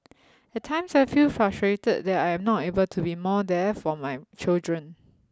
at times I feel frustrated that I am not able to be more there for my children